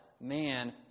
man